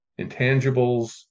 intangibles